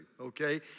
okay